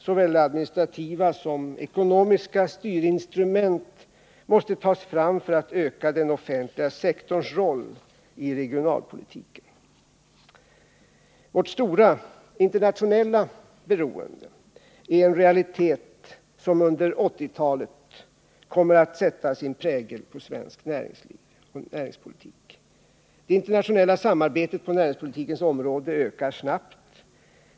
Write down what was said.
Såväl administrativa som ekonomiska styrinstrument måste tas fram för att öka den offentliga sektorns roll i regionalpolitiken. Vårt stora internationella beroende är en realitet som under 1980-talet kommer att sätta sin prägel på svensk näringspolitik. Det internationella samarbetet på näringspolitikens område ökar snabbt.